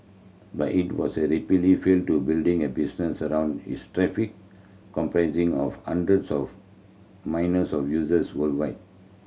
but it was repeatedly failed to building a business around its traffic comprising of hundreds of of users worldwide